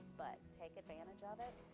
but take advantage of it.